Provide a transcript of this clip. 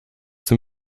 dem